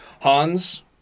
Hans